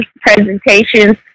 presentations